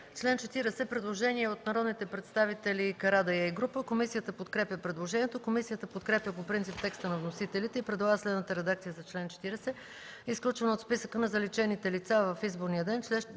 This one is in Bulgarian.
член 40 има предложение от народните представители Карадайъ и група. Комисията подкрепя предложението. Комисията подкрепя по принцип текста на вносителите и предлага следната редакция за чл. 40: „Изключване от списъка на заличените лица в изборния ден